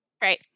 Great